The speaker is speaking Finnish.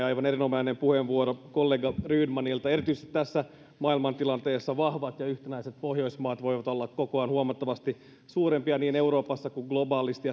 aivan erinomainen puheenvuoro kollega rydmanilta erityisesti tässä maailmantilanteessa vahvat ja yhtenäiset pohjoismaat voivat olla kokoaan huomattavasti suurempia niin euroopassa kuin globaalisti